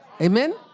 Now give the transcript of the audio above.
Amen